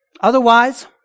Otherwise